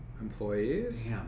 employees